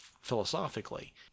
philosophically